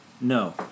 no